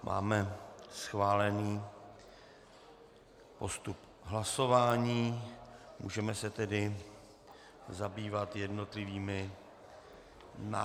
Máme schválený postup hlasování, můžeme se tedy zabývat jednotlivými návrhy.